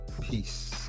peace